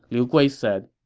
liu gui said,